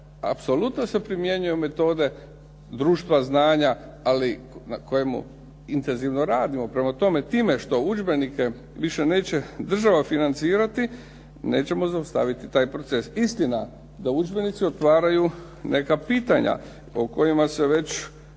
apsolutno se primjenjuju metode "društva znanja", ali na kojemu intenzivno radimo. Prema tome, time što udžbenike više neće država financirati, nećemo zaustaviti taj proces. Istina da udžbenici otvaraju neka pitanja o kojima se već